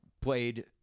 played